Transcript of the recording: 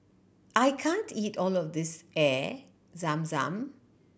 I can't eat all of this Air Zam Zam